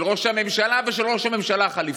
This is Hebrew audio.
של ראש הממשלה ושל ראש הממשלה החליפי.